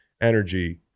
energy